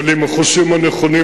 אבל עם החושים הנכונים,